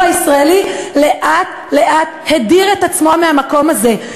הישראלי לאט-לאט הדיר את עצמו מהמקום הזה.